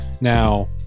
now